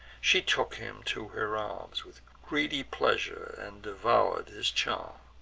she took him to her arms with greedy pleasure, and devour'd his charms.